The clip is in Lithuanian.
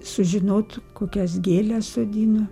sužinot kokias gėles sodino